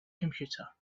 computer